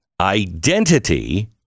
Identity